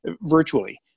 virtually